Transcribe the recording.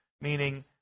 meaning